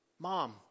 Mom